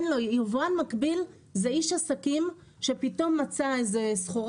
יבואן מקביל זה איש עסקים שפתאום מצא איזו סחורה